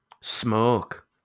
Smoke